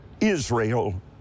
Israel